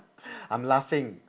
I'm laughing